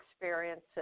experiences